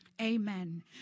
Amen